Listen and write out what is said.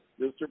Mr